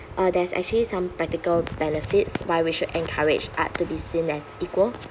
uh there's actually some practical benefits why we should encourage art to be seen as equal